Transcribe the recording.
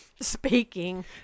speaking